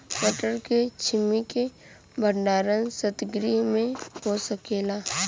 मटर के छेमी के भंडारन सितगृह में हो सकेला?